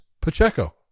Pacheco